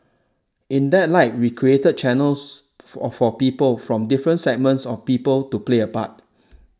in that light we created channels for people from different segments of people to play a part